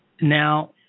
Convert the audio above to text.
Now